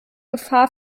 gefahr